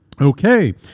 Okay